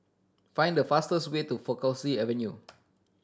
find the fastest way to Faculty Avenue